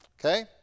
okay